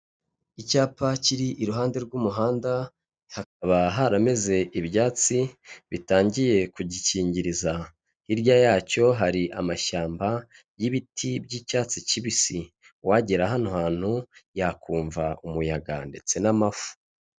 Icyapa kiri iruhande rw'umuhandaba hakaba harameze ibyatsi bitangiye kugikingiriza, hirya yacyo hari amashyamba y'ibiti by'icyatsi kibisi, uwagera hano hantu yakumva umuyaga ndetse n'amafu.